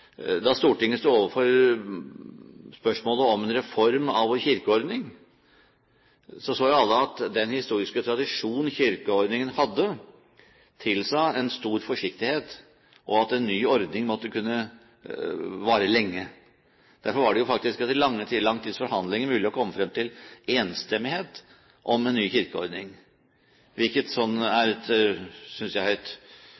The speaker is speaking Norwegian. Da Stortinget sto overfor spørsmålet om en reform av vår kirkeordning, svarte alle at den historiske tradisjon kirkeordningen hadde, tilsa stor forsiktighet, og at en ny ordning måtte kunne vare lenge. Derfor var det etter lang tids forhandlinger faktisk mulig å komme til enstemmighet om en ny kirkeordning, hvilket er et sunnhetstegn ved vårt politiske system. Det har nylig trådt i kraft en ny pensjonsreform, som jo er et